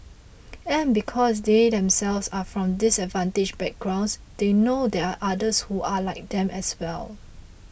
and because they themselves are from disadvantaged backgrounds they know there are others who are like them as well